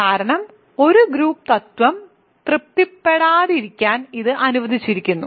കാരണം ഒരു ഗ്രൂപ്പ് തത്ത്വം തൃപ്തിപ്പെടുത്താതിരിക്കാൻ ഇത് അനുവദിച്ചിരിക്കുന്നു